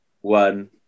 one